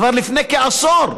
כבר לפני כעשור.